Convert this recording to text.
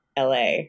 la